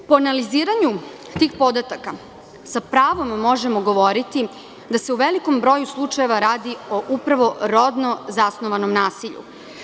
Po analiziranju tih podataka, sa pravom možemo govoriti da se u velikom broju slučajeva radi o upravo rodno zasnovanom nasilju.